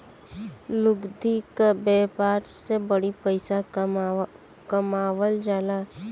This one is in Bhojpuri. लुगदी क व्यापार से बड़ी पइसा कमावल जाला